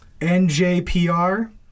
NJPR